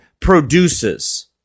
produces